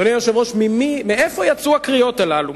אדוני היושב-ראש, מאיפה יצאו הקריאות האלה?